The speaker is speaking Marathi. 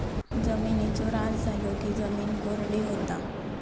जिमिनीचो ऱ्हास झालो की जिमीन कोरडी होता